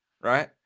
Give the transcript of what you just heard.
right